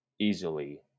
easily